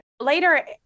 Later